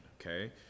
Okay